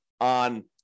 on